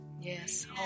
Yes